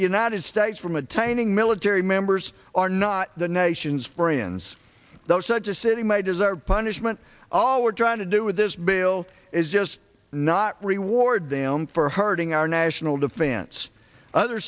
the united states from attaining military members are not the nation's friends though such a city may desire punishment all we're trying to do with this bill is just not reward them for hurting our national defense other